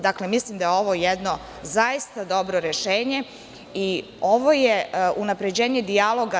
Dakle, mislim da je ovo jedno zaista dobro rešenje i ovo je unapređenje dijaloga.